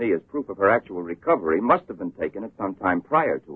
me as proof of her actual recovery must have been taken to some time prior to